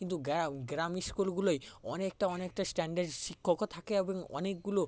কিন্তু গ্রা গ্রামের স্কুলগুলোয় অনেকটা অনেকটা স্ট্যান্ডার্ড শিক্ষকও থাকে এবং অনেকগুলো